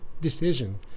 decision